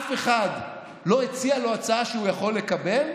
אף אחד לא הציע לו הצעה שהוא יכול לקבל.